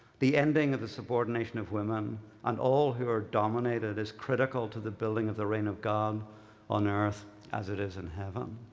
the ending of the subordination of women and all who are dominated is critical to the building of the reign of god on earth as it is in heaven.